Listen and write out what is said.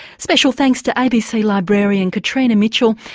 special thanks to abc librarian katrena mitchell,